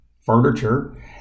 furniture